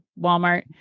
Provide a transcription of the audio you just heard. Walmart